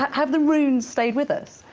have the runes stayed with us?